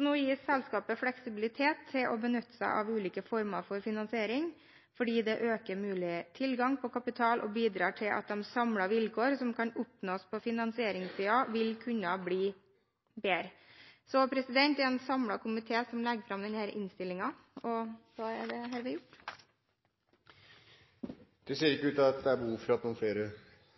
Nå gis selskapet fleksibilitet til å benytte seg av ulike former for finansiering, fordi det øker mulig tilgang på kapital og bidrar til at de samlede vilkår som kan oppnås på finansieringssiden, vil kunne bli bedre. Det er en samlet komité som legger fram denne innstillingen – og nå er det herved gjort. Flere har ikke bedt om ordet til sak nr. 7. Da ser det ut til at